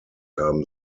haben